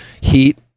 Heat